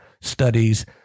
studies